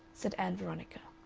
said ann veronica.